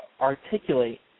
articulate